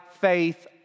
faith